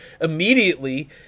immediately